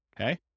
okay